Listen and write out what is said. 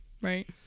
Right